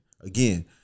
again